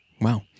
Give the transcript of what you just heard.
Wow